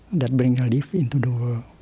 that brings relief into the world.